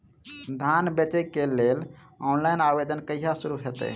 धान बेचै केँ लेल ऑनलाइन आवेदन कहिया शुरू हेतइ?